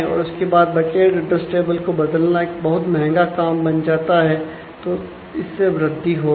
और उसके बाद बकेट एड्रेस टेबल को बदलना एक बहुत महंगा काम बन जाता है तो इससे वृद्धि होगी